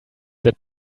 that